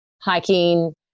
hiking